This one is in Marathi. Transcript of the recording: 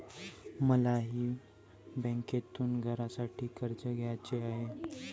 मलाही बँकेतून घरासाठी कर्ज घ्यायचे आहे